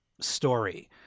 story